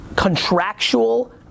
Contractual